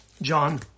John